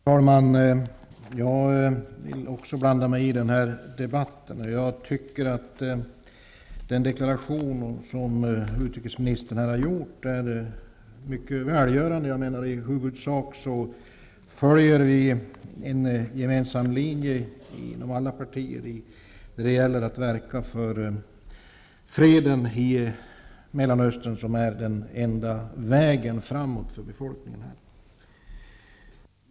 Herr talman! Också jag vill bland mig i denna debatt. Jag tycker att den deklaration som utrikesministern här har gjort är mycket välgörande. I huvudsak följer vi inom alla partier en gemensam linje när det gäller att verka för fred i Mellersta Östern, vilket är den enda vägen framåt för befolkningen där.